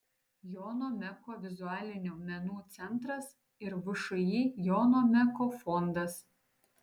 jono meko vizualinių menų centras ir všį jono meko fondas